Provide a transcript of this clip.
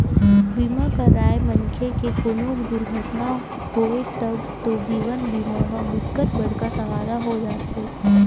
बीमा करवाए मनखे के कोनो दुरघटना होगे तब तो जीवन बीमा ह बिकट बड़का सहारा हो जाते